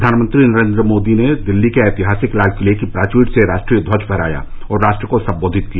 प्रधानमंत्री नरेन्द्र मोदी ने दिल्ली के ऐतिहासिक लाल किले की प्राचीर से राष्ट्रीय ध्वज फहराया और राष्ट्र को सम्बोधित किया